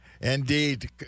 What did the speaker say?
indeed